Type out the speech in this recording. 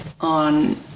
on